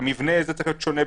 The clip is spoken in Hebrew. במבנה צריך להיות שונה,